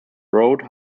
road